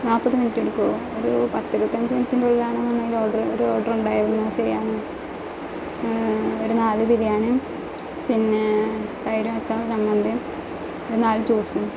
നാൽപ്പത് മിനിറ്റ് എടുക്കുമോ ഒരു പത്ത് ഇരുപത്തി അഞ്ച് മിനുട്ടിനുള്ളിലാണെങ്കിൽ ഒരു ഓർഡറ് ഒരു ഓർഡറുണ്ടായിരുന്നു ചെയ്യാൻ ഒരു നാലു ബിരിയാണിയിം പിന്നേ തൈരും അച്ചാറും ചമ്മന്തീം ഒരു നാല് ജൂസും